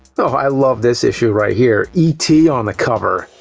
oh, i love this issue, right here. e t. on the cover.